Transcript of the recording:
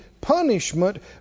punishment